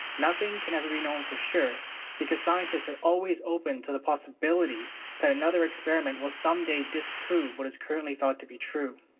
nothing can ever be known for sure because scientists are always open to the possibility that another experiment will some day disprove what is currently thought to be true.